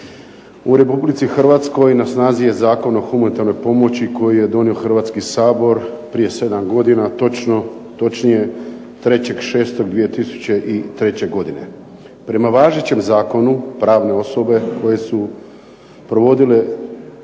U Republici Hrvatskoj na snazi je Zakon o humanitarnoj pomoći koji je donio Hrvatski sabor prije 7 godina, točnije 3. 6. 2003. godine. Prema važećem Zakonu pravne osobe koje su provodile